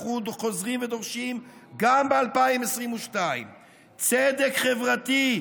אנחנו חוזרים ודורשים גם ב-2022 צדק חברתי,